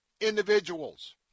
individuals